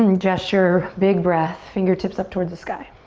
and gesture, big breath. fingertips up towards the sky.